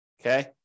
Okay